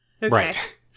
Right